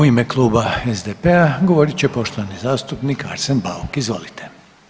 U ime Kluba SDP-a govorit će poštovani zastupnik Arsen Bauk, izvolite.